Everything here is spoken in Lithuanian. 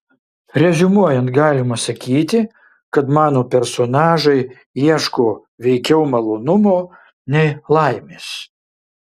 reziumuojant galima sakyti kad mano personažai ieško veikiau malonumo nei laimės